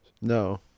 No